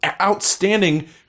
outstanding